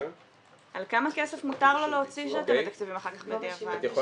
על כמה כסף מותר לו להוציא אחר כך בדיעבד?